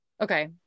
Okay